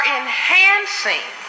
enhancing